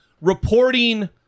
reporting